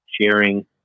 sharing